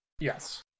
Yes